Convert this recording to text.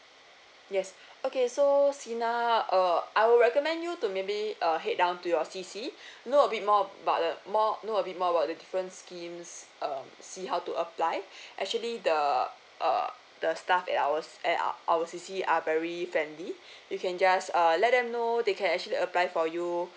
yes okay so Sina uh I will recommend you to maybe uh head down to your C_C know a bit more about the more know a bit more about the different scheme uh see how to apply actually the uh the staff at our at our our C_C are very friendly you can just err let them know they can actually apply for you